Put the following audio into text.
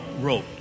wrote